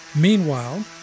Meanwhile